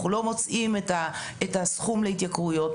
לא מוצאים את הסכום להתייקרויות.